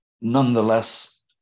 nonetheless